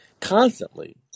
constantly